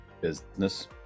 business